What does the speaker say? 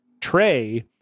tray